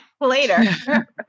later